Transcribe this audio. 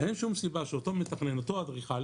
אין שום סיבה שאותו מתכנן, אותו אדריכל